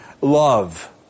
love